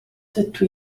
dydw